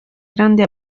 grande